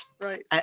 right